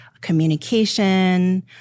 communication